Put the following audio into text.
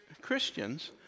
Christians